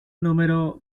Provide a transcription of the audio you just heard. número